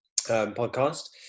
podcast